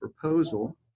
proposal